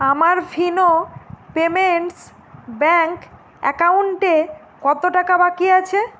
আমার Fino payments bank অ্যাকাউন্টে কত টাকা বাকি আছে